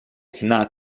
cannot